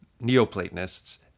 Neoplatonists